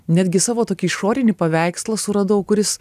netgi savo tokį išorinį paveikslą suradau kuris